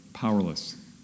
powerless